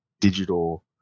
digital